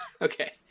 Okay